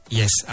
yes